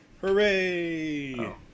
Hooray